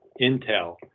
Intel